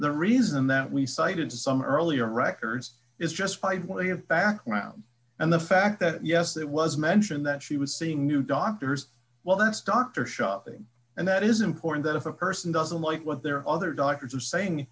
the reason that we cited some earlier records is just five way of background and the fact that yes it was mentioned that she was seeing new doctors well that's doctor shopping and that is important that if a person doesn't like what their other doctors are saying